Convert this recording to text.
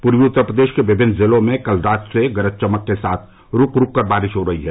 पूर्वी उत्तर प्रदेश के विमिन्न जिलों में कल रात से गरज चमक के साथ रूक रूक कर बारिश हो रही है